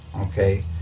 okay